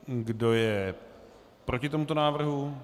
Kdo je proti tomuto návrhu?